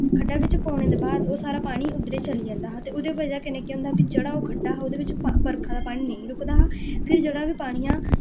खड्डा बिच्च पौने दे बाद ओह् सारा पानी उद्धरे गी चली जंदा हा ते ओह्दी बजह कन्नै केह् होंदा हा कि जेह्ड़ा ओह् खड्डा हा ओह्दे बिच्च बरखा दा पानी नेईं रुकदा हा फिर जेह्ड़ा बी पानी हा